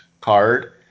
card